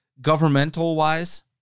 governmental-wise